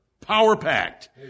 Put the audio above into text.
power-packed